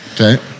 okay